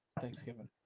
Thanksgiving